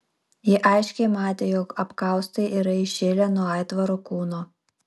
ji aiškiai matė jog apkaustai yra įšilę nuo aitvaro kūno